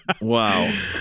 Wow